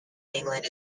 england